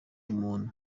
umuntu